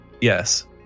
Yes